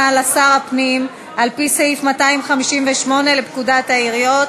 לשר הפנים על-פי סעיף 258 לפקודת העיריות.